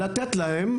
לתת להם,